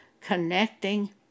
connecting